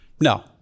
No